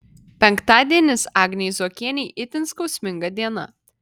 penktadienis agnei zuokienei itin skausminga diena